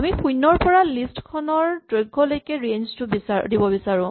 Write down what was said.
আমি শূণ্যৰ পৰা লিষ্ট খনৰ দৈৰ্ঘলৈকে ৰেঞ্জটো দিব বিচাৰো